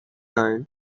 line